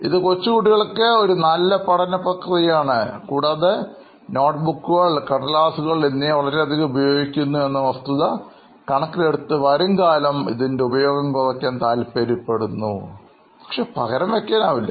ഇത് കൊച്ചു കുട്ടികൾക്ക് ഒരു നല്ല പഠന പ്രക്രിയയാണ് കൂടാതെ നോട്ട്ബുക്കുകൾ കടലാസുകൾ എന്നിവ വളരെയധികം ഉപയോഗിക്കുന്നു എന്ന വസ്തുത കണക്കിലെടുത്ത് വരുംകാലം ഇതിൻറെ ഉപയോഗം കുറയ്ക്കാൻ താല്പര്യപ്പെടുന്നു പക്ഷേ പകരം വയ്ക്കാൻ ആവില്ല